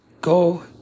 Go